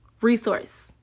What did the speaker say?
resource